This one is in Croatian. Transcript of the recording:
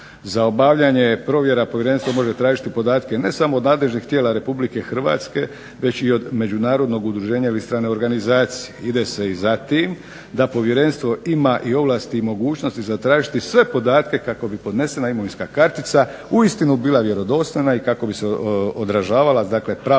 Za obavljanje provjera povjerenstvo može tražiti podatke ne samo od nadležnih tijela Republike Hrvatske već i od međunarodnog udruženja ili strane organizacije. Ide se i za tim da povjerenstvo ima i ovlasti i mogućnosti zatražiti sve podatke kako bi podnesena imovinska kartica uistinu bila vjerodostojna i kako bi odražavala dakle